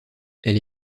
elle